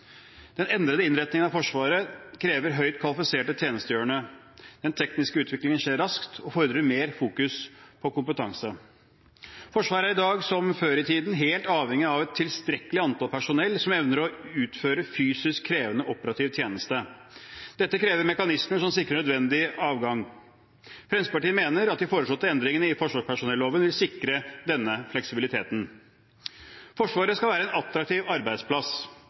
Den endrede innretningen av Forsvaret krever høyt kvalifiserte tjenestegjørende. Den tekniske utviklingen skjer raskt og fordrer mer fokus på kompetanse. Forsvaret er i dag, som før i tiden, helt avhengig av et tilstrekkelig antall personell som evner å utføre fysisk krevende operativ tjeneste. Dette krever mekanismer som sikrer nødvendig avgang. Fremskrittspartiet mener at de foreslåtte endringene i forsvarspersonelloven vil sikre denne fleksibiliteten. Forsvaret skal være en attraktiv arbeidsplass.